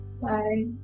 Bye